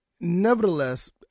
nevertheless